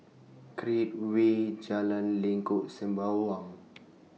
Create Way Jalan Lengkok Sembawang